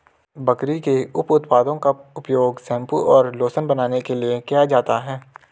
बकरी के उप उत्पादों का उपयोग शैंपू और लोशन बनाने के लिए किया जाता है